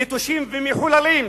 הם נטושים ומחוללים.